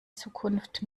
zukunft